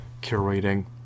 curating